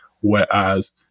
whereas